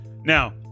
Now